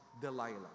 Delilah